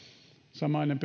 samainen